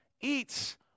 eats